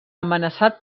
amenaçat